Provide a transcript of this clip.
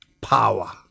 power